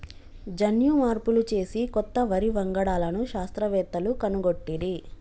జన్యు మార్పులు చేసి కొత్త వరి వంగడాలను శాస్త్రవేత్తలు కనుగొట్టిరి